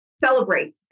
celebrate